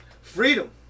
Freedom